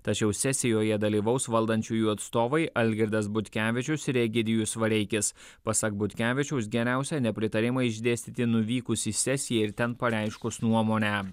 tačiau sesijoje dalyvaus valdančiųjų atstovai algirdas butkevičius ir egidijus vareikis pasak butkevičiaus geriausia nepritarimą išdėstyti nuvykus į sesiją ir ten pareiškus nuomonę